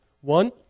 one